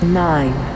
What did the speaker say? nine